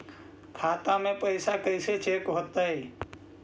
खाता में पैसा कैसे चेक हो तै?